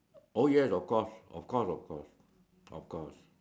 oh yes of course of course of course